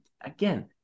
again